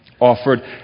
Offered